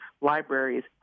libraries